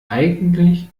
eigentlich